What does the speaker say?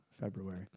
February